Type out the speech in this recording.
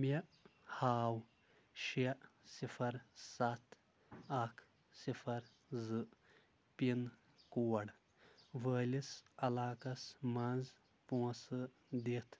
مےٚ ہاو شےٚ صِفر سَتھ اکھ صِفر زٕ پِن کوڈ وٲلِس علاقس مَنٛز پونٛسہٕ دِتھ